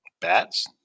Bats